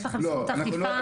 יש לכם זכות אכיפה?